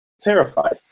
terrified